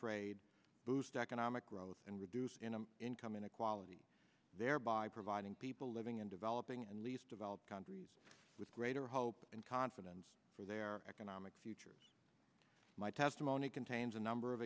trade boost economic growth and reduce in an income inequality thereby providing people living in developing and least developed countries with greater hope and confidence for their economic future my testimony contains a number of